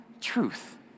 truth